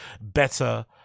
better